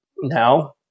Now